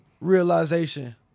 realization